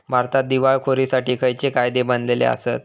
भारतात दिवाळखोरीसाठी खयचे कायदे बनलले आसत?